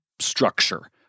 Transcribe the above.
structure